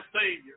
savior